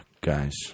guys